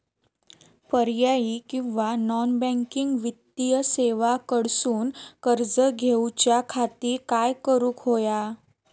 पर्यायी किंवा non banking वित्तीय सेवा कडसून कर्ज घेऊच्या खाती काय करुक होया?